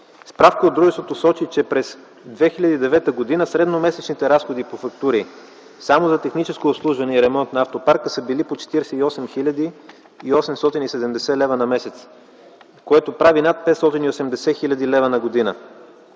Справка от дружеството сочи, че през 2009 г. средномесечните разходи по фактури само за техническо обслужване и ремонт на автопарка са били по 48 870 лв. на месец, което прави над 580 000 лв. на година.